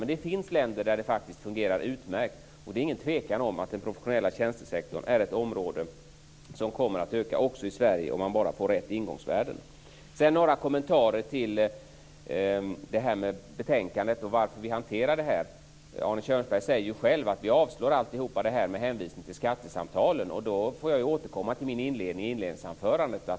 Men det finns länder där det faktiskt fungerar utmärkt. Det är ingen tvekan om att den professionella tjänstesektorn är ett område som kommer att öka också i Sverige om man bara får rätt ingångsvärden. Sedan några kommentarer till betänkandet och hanterandet av ärendet. Arne Kjörnsberg säger ju själv att allt avstyrks med hänvisning till skattesamtalen. Då får jag återkomma till min inledning i inledningsanförandet.